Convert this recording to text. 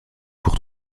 pour